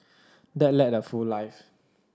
dad led a full life